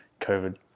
COVID